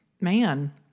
man